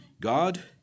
God